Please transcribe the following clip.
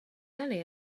early